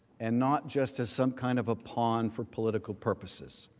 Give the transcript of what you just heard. and not just as some kind of a pond for political purposes.